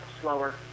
slower